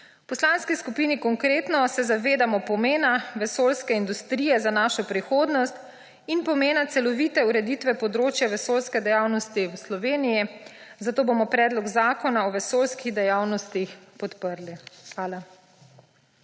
V Poslanski skupini Konkretno se zavedamo pomena vesoljske industrije za našo prihodnost in pomena celovite ureditve področja vesoljske dejavnosti v Sloveniji, zato bomo Predlog zakona o vesoljskih dejavnostih podprli. Hvala.